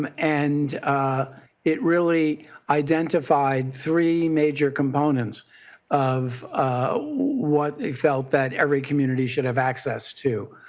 um and it really identified three major components of what they felt that every community should have access to,